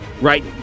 right